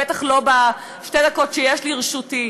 בטח לא בשתי הדקות שיש לרשותי,